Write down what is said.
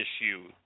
issue